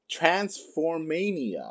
Transformania